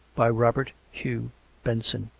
by robert hugh benson